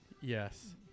Yes